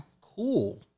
Cool